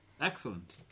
Excellent